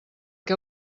què